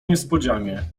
niespodzianie